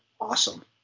awesome